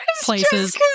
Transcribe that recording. places